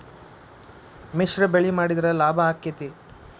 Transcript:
ಮಿಶ್ರ ಬೆಳಿ ಮಾಡಿದ್ರ ಲಾಭ ಆಕ್ಕೆತಿ?